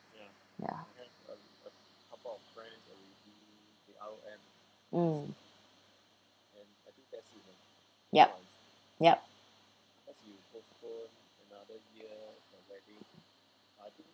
ya mm yup yup